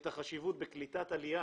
החשיבות בקליטת עלייה